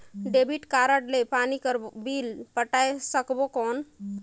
Debit card ले पानी कर बिल पटाय सकबो कौन?